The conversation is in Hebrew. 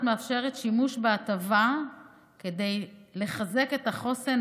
מאפשרת שימוש בהטבה כדי לחזק את החוסן,